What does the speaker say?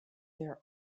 their